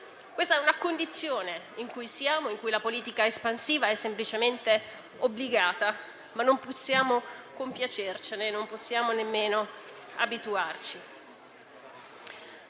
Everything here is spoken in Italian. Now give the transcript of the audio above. Questa è una condizione data, in cui la politica espansiva è semplicemente obbligata, ma non possiamo compiacercene e nemmeno abituarci.